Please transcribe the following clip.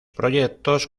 proyectos